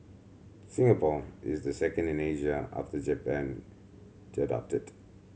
Singapore is the second in Asia after Japan to adopt it